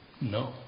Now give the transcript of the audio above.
No